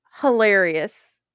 Hilarious